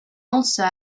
ulster